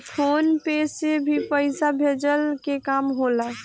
phone पे से भी पईसा भेजला के काम होला